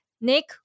Nick